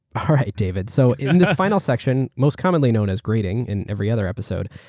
ah david. so in the final section, most commonly known as grading in every other episode,